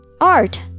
art